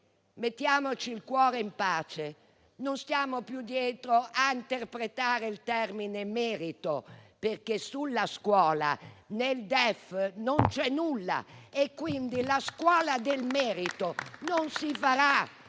mettiamoci il cuore in pace: non stiamo più dietro a interpretare il termine "merito", perché sulla scuola nel DEF non c'è nulla, quindi la scuola del merito non si farà